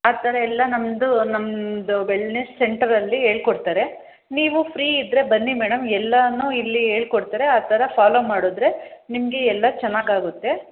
ಆ ಥರ ಎಲ್ಲ ನಮ್ಮದು ನಮ್ದು ವೆಲ್ನೆಸ್ ಸೆಂಟರಲ್ಲಿ ಹೇಳಿ ಕೊಡ್ತಾರೆ ನೀವು ಫ್ರೀ ಇದ್ದರೆ ಬನ್ನಿ ಮೇಡಮ್ ಎಲ್ಲನೂ ಇಲ್ಲಿ ಹೇಳಿ ಕೊಡ್ತಾರೆ ಆ ಥರ ಫಾಲೋ ಮಾಡಿದ್ರೆ ನಿಮಗೆ ಎಲ್ಲ ಚೆನ್ನಾಗಾಗುತ್ತೆ